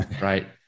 Right